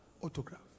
autograph